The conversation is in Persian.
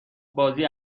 بازی